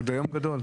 עוד היום גדול.